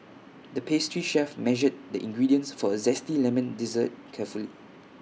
the pastry chef measured the ingredients for A Zesty Lemon Dessert carefully